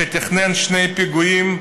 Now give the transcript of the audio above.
שתכנן שני פיגועים,